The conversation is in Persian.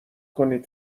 کنین